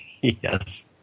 Yes